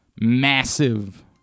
Massive